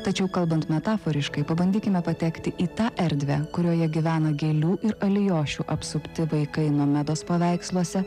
tačiau kalbant metaforiškai pabandykime patekti į tą erdvę kurioje gyvena gėlių ir alijošių apsupti vaikai nomedos paveiksluose